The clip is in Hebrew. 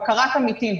בקרת עמיתים.